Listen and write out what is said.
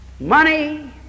money